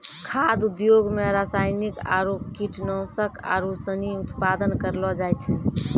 खाद्य उद्योग मे रासायनिक आरु कीटनाशक आरू सनी उत्पादन करलो जाय छै